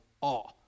awe